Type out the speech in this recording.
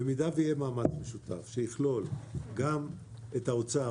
במידה ויהיה מאמץ משותף שיכלול גם את האוצר,